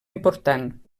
important